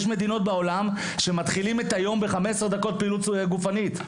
יש מדינות בעולם שמתחילים את היום ב-15 דקות פעילות גופנית,